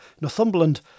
Northumberland